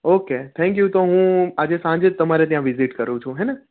okay thank you તો હું આજે સાંજે જ તમારે ત્યાં વિઝિટ કરું છું હેં ને